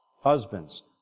Husbands